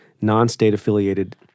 non-state-affiliated